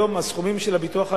היום הסכומים של הביטוח הלאומי,